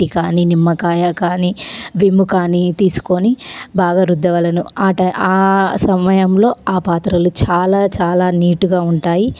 కానీ నిమ్మకాయకానీ విమ్ కానీ తీసుకుని బాగా రుద్దవలెను ఆ టైం సమయంలో ఆ పాత్రలు చాలా చాలా నీట్గా ఉంటాయి